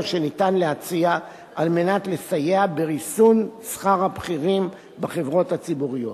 שניתן להציע על מנת לסייע בריסון שכר הבכירים בחברות הציבוריות.